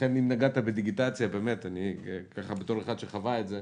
לכן אם נגעת בדיגיטציה, בתור מי שחווה את זה,